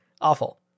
Awful